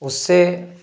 उससे